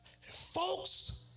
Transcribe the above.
folks